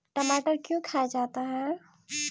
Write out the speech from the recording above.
टमाटर क्यों खाया जाता है?